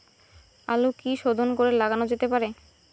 আলু কি শোধন না করে লাগানো যেতে পারে?